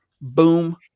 Boom